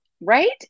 Right